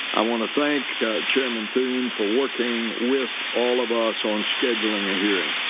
i want to thank chairman thune for working with all of us on scheduling a hearing.